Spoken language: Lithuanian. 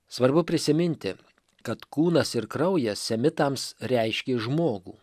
svarbu prisiminti kad kūnas ir kraujas semitams reiškė žmogų